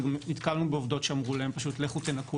נתקלנו בעובדות שאמרו להן פשוט: לכו תנקו